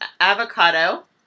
Avocado